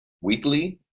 weekly